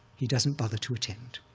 he doesn't bother to attend.